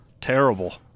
Terrible